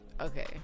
Okay